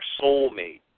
soulmate